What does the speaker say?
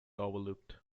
overlooked